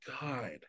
God